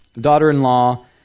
Daughter-in-law